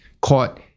caught